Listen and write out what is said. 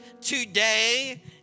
today